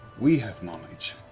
we have knowledge,